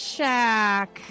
Shack